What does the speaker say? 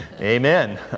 Amen